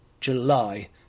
July